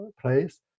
place